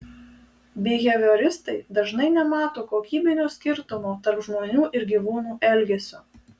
bihevioristai dažnai nemato kokybinio skirtumo tarp žmonių ir gyvūnų elgesio